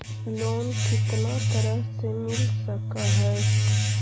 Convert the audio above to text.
Loan कितना तरह से मिल सक है?